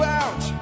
out